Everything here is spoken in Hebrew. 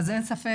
אז אין ספק,